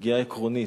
פגיעה עקרונית,